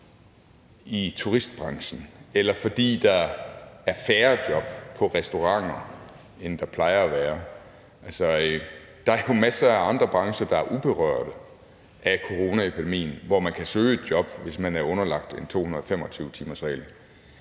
i turistbranchen, eller fordi der er færre job på restauranter, end der plejer at være. Der er jo masser af andre brancher, der er uberørte af coronaepidemien, hvor man kan søge et job, hvis man er underlagt en 225-timersregel.